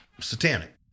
satanic